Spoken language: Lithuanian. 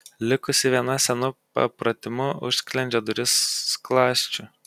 likusi viena senu papratimu užsklendžia duris skląsčiu